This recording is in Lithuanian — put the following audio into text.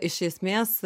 iš esmės